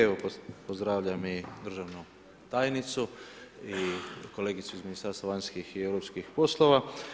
Evo pozdravljam i državnu tajnicu i kolegicu iz Ministarstva vanjskih i europskih poslova.